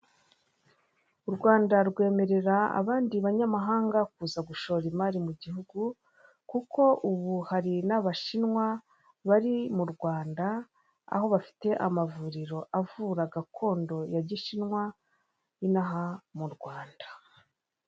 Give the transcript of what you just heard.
U Rwanda rwemerera abandi banyamahanga kuza gushora imari mu gihugu kuko ubu hari n'abashinwa bari mu Rwanda aho bafite amavuriro avura gakondo ya gishinwa, inaha mu Rwanda.